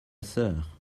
sœur